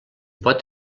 pot